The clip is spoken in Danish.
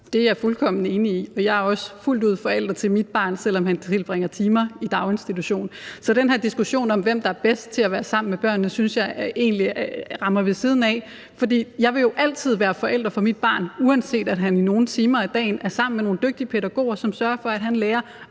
Det er jeg fuldkommen enig i. Men jeg er også fuldt ud forælder til mit barn, selv om han tilbringer timer i daginstitution. Så den her diskussion om, hvem der er bedst til at være sammen med børnene, synes jeg egentlig rammer ved siden af, for jeg vil jo altid være forælder for mit barn, uanset at han i nogle timer af dagen er sammen med nogle dygtige pædagoger, som sørger for, at han lærer